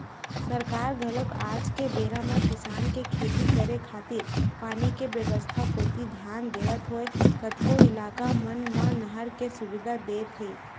सरकार घलो आज के बेरा म किसान के खेती करे खातिर पानी के बेवस्था कोती धियान देवत होय कतको इलाका मन म नहर के सुबिधा देत हे